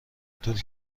طول